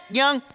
young